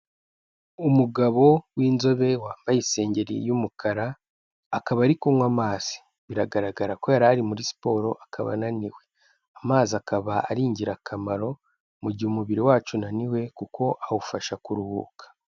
Umugabo w'inzobe wambaye isengeri y'umukara akaba ari kunywa amazi, biragaragara ko yari ari muri siporo akaba ananiwe, amazi akaba ari ingirakamaro mu mugihe umubiri wacu unaniwe kuko awufasha kuruhuka.